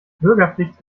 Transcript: bürgerpflicht